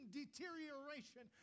deterioration